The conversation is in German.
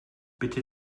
bitte